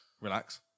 Relax